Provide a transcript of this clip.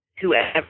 whoever